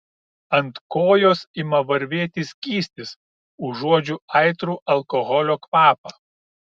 ant kojos ima varvėti skystis užuodžiu aitrų alkoholio kvapą